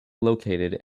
located